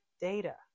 data